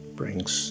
brings